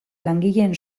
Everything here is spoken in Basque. langileen